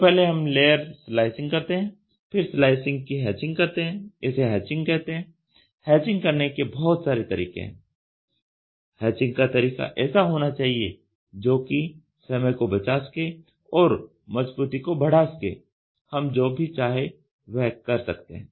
तो पहले हम लेयर स्लाइसींग करते हैं फिर स्लाइसींग की हैचिंग करते हैं इसे हैचिंग कहते हैं l हैचिंग करने के बहुत सारे तरीके हैं हैचिंग का तरीका ऐसा होना चाहिए जो कि समय को बचा सके और मजबूती को बढ़ा सके हम जो भी चाहे वह कर सकते हैं